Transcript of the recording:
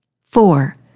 Four